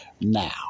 Now